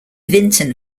vinton